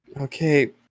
Okay